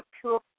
pure